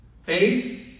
Faith